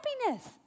happiness